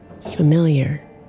familiar